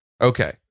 Okay